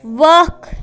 وَق